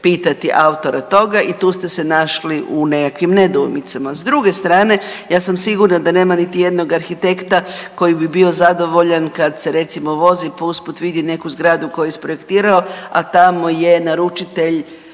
pitati autora toga i tu ste se našli u nekakvim nedoumicama. S druge strane, ja sam sigurna da nema niti jednog arhitekta koji bi bio zadovoljan kad se recimo, vozi pa usput vidi neku zgradu koju je isprojektirao, a tamo je naručitelj